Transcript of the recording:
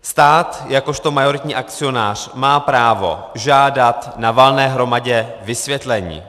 Stát jakožto majoritní akcionář má právo žádat na valné hromadě vysvětlení.